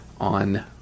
on